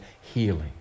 healing